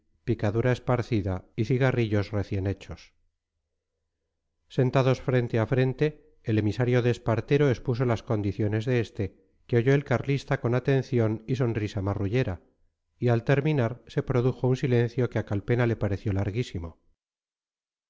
picadura esparcida y cigarrillos recién hechos sentados frente a frente el emisario de espartero expuso las condiciones de este que oyó el carlista con atención y sonrisa marrullera y al terminar se produjo un silencio que a calpena le pareció larguísimo